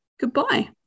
goodbye